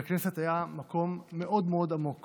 לכנסת היה מקום מאוד מאוד עמוק